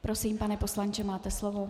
Prosím, pane poslanče, máte slovo.